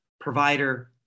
provider